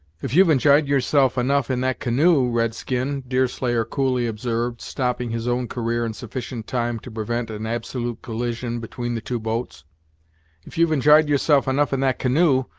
if you've enj'yed yourself enough in that canoe, red-skin, deerslayer coolly observed, stopping his own career in sufficient time to prevent an absolute collision between the two boats if you've enj'yed yourself enough in that canoe,